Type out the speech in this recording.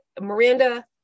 Miranda